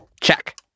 Check